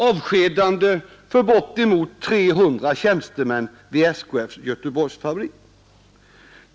Avskedanden för omkring 300 tjänstemän vid SKF:s Göteborgsfabrik har redan aviserats.